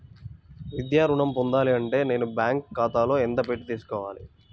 విద్యా ఋణం పొందాలి అంటే నేను బ్యాంకు ఖాతాలో ఎంత పెట్టి తీసుకోవాలి?